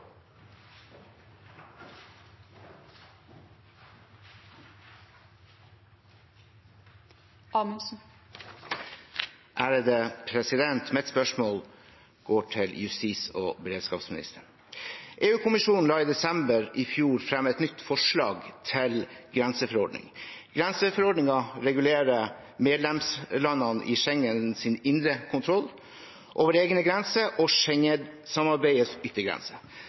Mitt spørsmål går til justis- og beredskapsministeren. EU-kommisjonen la i desember i fjor frem et nytt forslag til grenseforordning. Grenseforordningen regulerer medlemslandene i Schengens indre kontroll over egne grenser og Schengen-samarbeidets yttergrense.